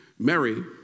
Mary